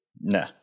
No